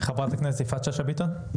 חברת הכנסת שאשא ביטון.